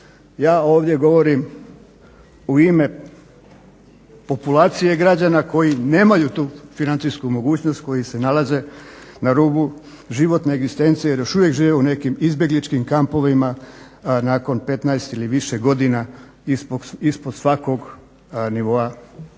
Ja ovdje govorim u ime populacije građana koji nemaju tu financijsku mogućnost koji se nalaze na rubu životne egzistencije jer još uvijek žive u nekim izbjegličkim kampovima nakon 15 ili više godina ispod svakog nivoa